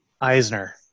Eisner